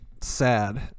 Sad